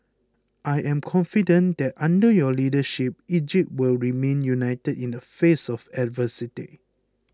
I am confident that under your leadership Egypt will remain united in the face of adversity